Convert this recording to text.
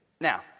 Now